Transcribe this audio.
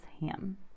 ham